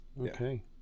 Okay